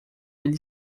ele